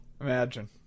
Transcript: Imagine